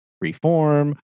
reform